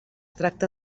tracta